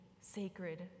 sacred